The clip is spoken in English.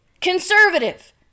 conservative